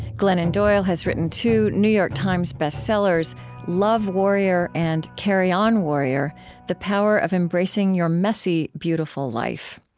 glennon doyle has written two new york times bestsellers love warrior and carry on, warrior the power of embracing your messy, beautiful life.